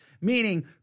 meaning